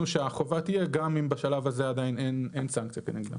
שהחובה תהיה גם אם בשלב הזה עדיין אין סנקציה כנגד זה.